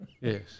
Yes